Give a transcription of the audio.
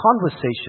conversation